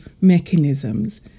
mechanisms